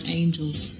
angels